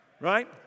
right